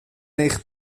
eich